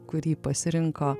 kurį pasirinko